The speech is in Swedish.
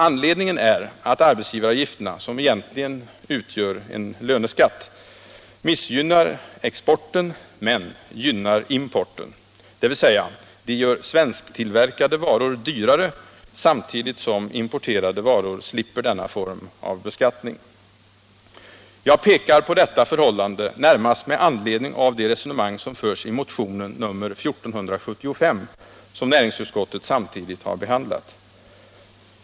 Anledningen är att arbetsgivaravgifterna, som egentligen utgör en löneskatt, missgynnar exporten men gynnar importen, dvs. gör svensktillverkade varor dyrare samtidigt som importerade varor slipper denna form av beskattning. Jag pekar på detta förhållande närmast med anledning av de resonemang som förs i motionen 1475, som näringsutskottet samtidigt har behandlat.